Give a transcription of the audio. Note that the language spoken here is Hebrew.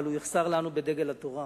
אבל הוא יחסר לנו בדגל התורה,